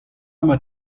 mat